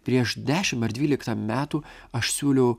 prieš dešimt ar dvyliktą metų aš siūliau